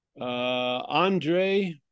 Andre